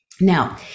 Now